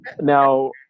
now